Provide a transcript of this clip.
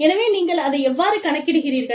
எனவே நீங்கள் அதை எவ்வாறு கணக்கிடுகிறீர்கள்